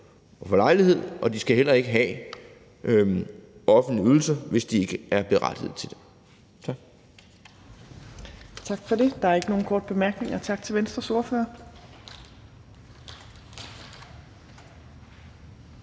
ro og lejlighed, og de skal heller ikke have offentlige ydelser, hvis de ikke er berettiget til det. Kl. 13:34 Fjerde næstformand (Trine Torp): Tak til Venstres ordfører.